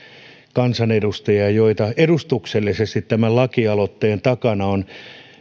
kansanedustajia joita edustuksellisesti tämän lakialoitteen takana on